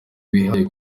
wihaye